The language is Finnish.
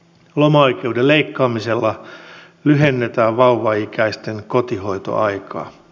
lomaoikeuden leikkaamisella lyhennetään vauvaikäisten kotihoitoaikaa